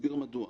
ואסביר מדוע.